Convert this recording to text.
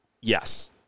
Yes